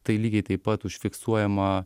tai lygiai taip pat užfiksuojama